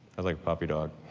i like puppy dog.